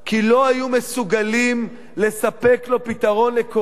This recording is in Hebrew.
ולא היו מסוגלים לספק לו פתרון לקורת